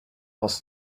was